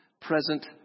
present